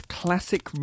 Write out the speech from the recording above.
classic